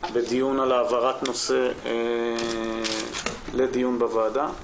בדיון על העברת נושא לדיון בוועדה.